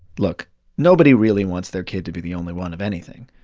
look nobody really wants their kid to be the only one of anything.